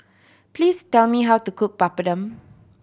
please tell me how to cook Papadum